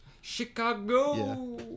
Chicago